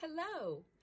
Hello